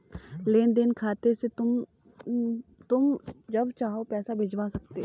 लेन देन खाते से तुम जब चाहो पैसा भिजवा सकते हो